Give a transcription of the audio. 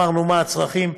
אמרנו מה הצרכים,